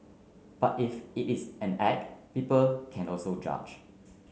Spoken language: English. but if it is an act people can also judge